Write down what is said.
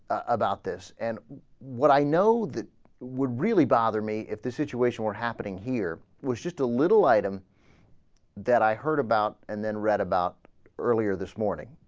about this and what i know that would really bother me if the situation or happening here was just a little item that i heard about and then read about earlier this morning